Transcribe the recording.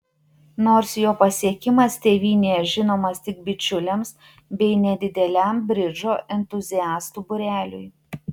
nors jo pasiekimas tėvynėje žinomas tik bičiuliams bei nedideliam bridžo entuziastų būreliui